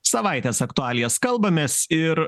savaitės aktualijas kalbamės ir